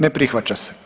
Ne prihvaća se.